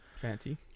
Fancy